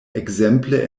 ekzemple